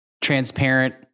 transparent